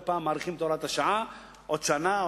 פעם שמאריכים את הוראת השעה בעוד שנה,